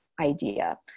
idea